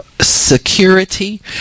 security